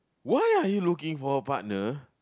why are you looking for a partner